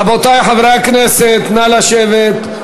רבותי חברי הכנסת, נא לשבת.